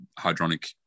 hydronic